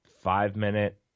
Five-minute